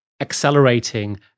accelerating